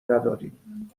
نداریم